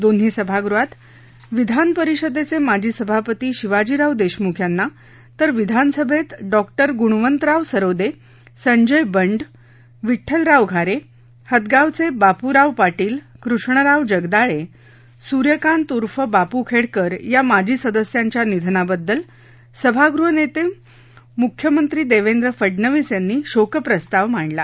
दोन्ही सभागृहात विधान परिषदेचे माजी सभापती शिवाजीराव देशमुख यांना तर विधानसभेत डॉ गुणवंतराव सरोदे संजय बंड विड्ठलराव घारे हदगावचे बापूराव पाटील कृष्णराव जगदाळे सूर्यकांत उर्फ बापू खेडकर या माजी सदस्यांच्या निधनाबद्दल सभागृह नेते मुख्यमंत्री देवेंद्र फडनवीस यांनी शोकप्रस्ताव मांडला